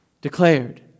declared